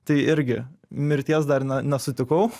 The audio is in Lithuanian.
tai irgi mirties dar ne nesutikau